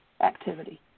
activity